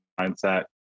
mindset